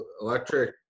electric